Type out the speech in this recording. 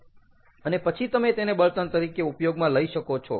અને પછી તમે તેને બળતણ તરીકે ઉપયોગમાં લઈ શકો છો